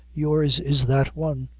your's is that one.